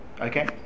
Okay